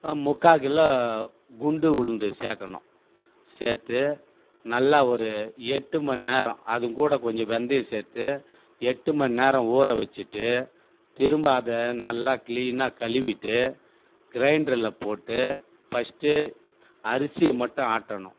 முக்கால் கிலோ குண்டு உளுந்து சேர்க்கணும் சேர்த்து நல்லா ஒரு எட்டு மணிநேரம் அதுங்கூட கொஞ்சம் வெந்தயம் சேர்த்து எட்டு மணிநேரம் ஊற வச்சுட்டு திரும்ப அதை நல்லா க்ளீனாக கழுவிட்டு க்ரைண்டரில் போட்டு பஸ்ட்டு அரிசியை மட்டும் ஆட்டணும்